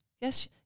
Yes